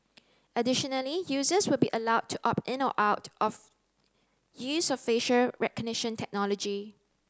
additionally users will be allowed to opt in or out of use of facial recognition technology